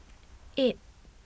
eight